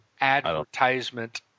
Advertisement